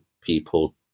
people